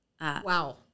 Wow